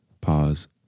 pause